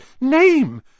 name